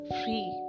free